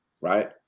right